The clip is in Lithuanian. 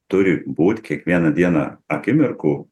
turi būt kiekvieną dieną akimirkų